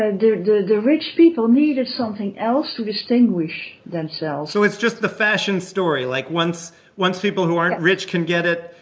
ah the the rich people needed something else to distinguish themselves so it's just the fashion story. like, once once people who aren't rich can get it,